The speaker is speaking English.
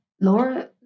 Laura